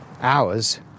hours